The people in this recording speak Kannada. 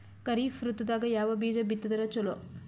ಖರೀಫ್ ಋತದಾಗ ಯಾವ ಬೀಜ ಬಿತ್ತದರ ಚಲೋ?